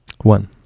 One